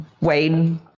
Wayne